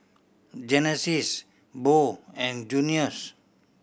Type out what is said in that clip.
Genesis Bo and Junius